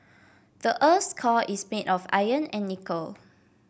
the earth's core is made of iron and nickel